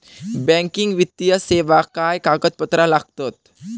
Banking वित्तीय सेवाक काय कागदपत्र लागतत?